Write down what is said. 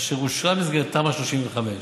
אשר אושרה במסגרת תמ"א 35,